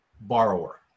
borrower